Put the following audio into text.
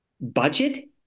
budget